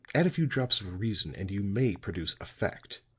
add a few drops of reason, and you may produce a fact.